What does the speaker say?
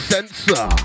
Sensor